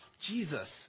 Jesus